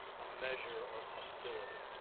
a measure of hostility.